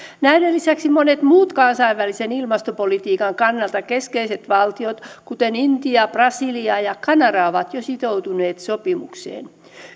näiden lisäksi monet muut kansainvälisen ilmastopolitiikan kannalta keskeiset valtiot kuten intia brasilia ja kanada ovat jo sitoutuneet sopimukseen